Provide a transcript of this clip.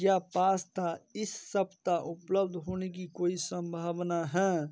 क्या पास्ता इस सप्ताह उपलब्ध होने की कोई सम्भावना है